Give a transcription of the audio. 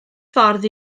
ffordd